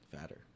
fatter